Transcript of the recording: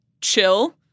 chill